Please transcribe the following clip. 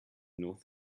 north